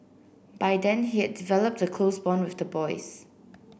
by then he had developed the close bond with the boys